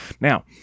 Now